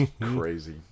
crazy